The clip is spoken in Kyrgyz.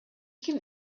ким